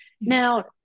Now